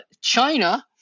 China